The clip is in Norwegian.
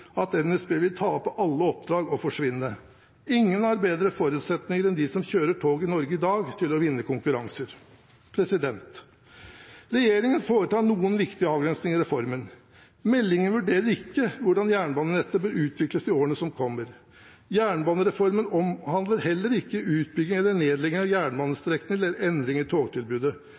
tror NSB vil tape alle oppdrag og forsvinne. Ingen har bedre forutsetninger enn de som kjører tog i Norge i dag, til å vinne konkurranser. Regjeringen foretar noen viktige avgrensninger i reformen. Meldingen vurderer ikke hvordan jernbanenettet bør utvikles i årene som kommer. Jernbanereformen omhandler heller ikke utbygging eller nedlegging av